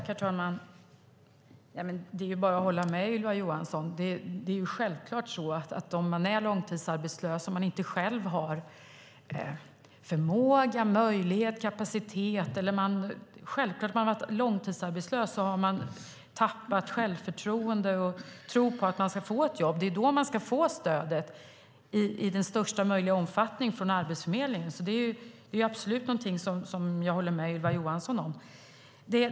Fru talman! Det är bara att hålla med Ylva Johansson. Har man varit långtidsarbetslös har man självklart tappat självförtroendet och tron på att man ska få ett jobb. Det är självklart att det är när man är långtidsarbetslös och inte själv har förmåga, möjlighet eller kapacitet som man ska få stöd från Arbetsförmedlingen i största möjliga omfattning. Det är absolut någonting jag håller med Ylva Johansson om.